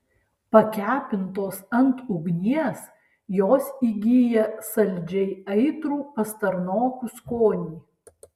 pakepintos ant ugnies jos įgyja saldžiai aitrų pastarnokų skonį